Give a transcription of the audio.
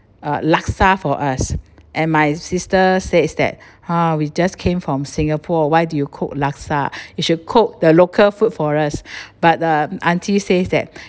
uh laksa for us and my sister says that !huh! we just came from singapore why do you cook laksa you should cook the local food for us but the aunty says that